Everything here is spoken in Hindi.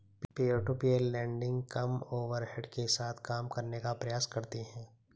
पीयर टू पीयर लेंडिंग कम ओवरहेड के साथ काम करने का प्रयास करती हैं